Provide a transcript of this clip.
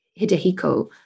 Hidehiko